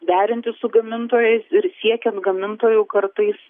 derinti su gamintojais ir siekiant gamintojų kartais